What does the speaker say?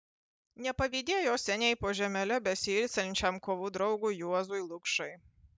nepavydėjo seniai po žemele besiilsinčiam kovų draugui juozui lukšai